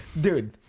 Dude